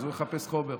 אז הוא יחפש חומר.